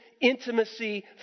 intimacy